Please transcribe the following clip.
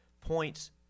Points